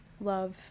love